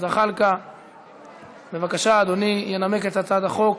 זוהיר בהלול מבקש לצרף לפרוטוקול את תמיכתו בהצעת החוק.